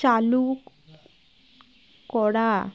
চালু করা